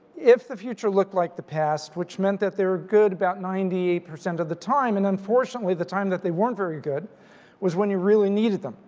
if the future looked like the past which meant that they were good about ninety eight percent of the time and unfortunately the time that they weren't very good was when you really needed them,